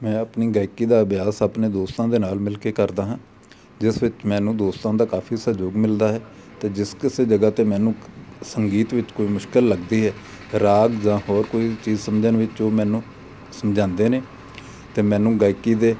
ਮੈਂ ਆਪਣੀ ਗਾਇਕੀ ਦਾ ਅਭਿਆਸ ਆਪਣੇ ਦੋਸਤਾਂ ਦੇ ਨਾਲ ਮਿਲ ਕੇ ਕਰਦਾ ਹਾਂ ਜਿਸ ਵਿੱਚ ਮੈਨੂੰ ਦੋਸਤਾਂ ਦਾ ਕਾਫੀ ਸਹਿਯੋਗ ਮਿਲਦਾ ਹੈ ਅਤੇ ਜਿਸ ਕਿਸੇ ਜਗ੍ਹਾ 'ਤੇ ਮੈਨੂੰ ਸੰਗੀਤ ਵਿੱਚ ਕੋਈ ਮੁਸ਼ਕਿਲ ਲੱਗਦੀ ਹੈ ਰਾਗ ਜਾਂ ਹੋਰ ਕੋਈ ਚੀਜ਼ ਸਮਝਣ ਵਿੱਚ ਉਹ ਮੈਨੂੰ ਸਮਝਾਉਂਦੇ ਨੇ ਅਤੇ ਮੈਨੂੰ ਗਾਇਕੀ ਦੇ